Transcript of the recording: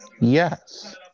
Yes